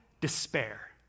despair